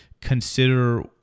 consider